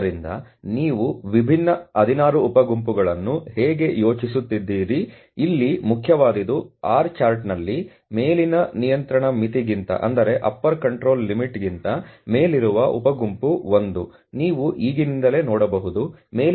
ಆದ್ದರಿಂದ ನೀವು ವಿಭಿನ್ನ 16 ಉಪ ಗುಂಪುಗಳನ್ನು ಹೇಗೆ ಯೋಜಿಸುತ್ತಿದ್ದೀರಿ ಇಲ್ಲಿ ಮುಖ್ಯವಾದುದು R ಚಾರ್ಟ್ನಲ್ಲಿ ಮೇಲಿನ ನಿಯಂತ್ರಣ ಮಿತಿಗಿಂತ ಮೇಲಿರುವ ಉಪ ಗುಂಪು ಒಂದು ನೀವು ಈಗಿನಿಂದಲೇ ನೋಡಬಹುದು ಮೇಲಿನ ನಿಯಂತ್ರಣ ಮಿತಿ 0